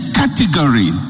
category